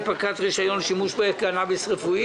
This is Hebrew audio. החולים בעבור גביית השתתפות עצמית להנפקת רישיון שימוש בקנאביס רפואי.